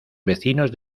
vecinos